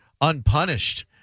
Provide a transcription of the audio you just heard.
unpunished